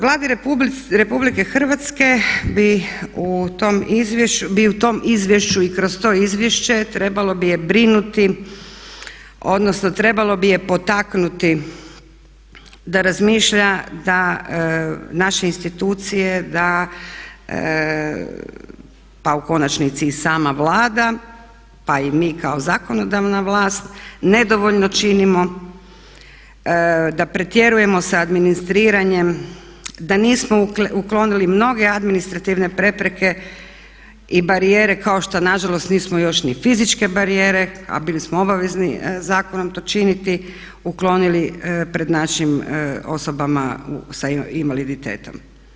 Vladi RH bi u tom izvješću i kroz to izvješće trebalo bi je brinuti, odnosno trebalo bi je potaknuti da razmišlja da naše institucije da pa u konačnici i sama Vlada pa i mi kao zakonodavna vlast nedovoljno činimo, da pretjerujemo sa administriranjem, da nismo uklonili mnoge administrativne prepreke i barijere kao što nažalost nismo još ni fizičke barijere a bili smo obavezni zakonom to činiti, uklonili pred našim osobama sa invaliditetom.